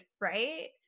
right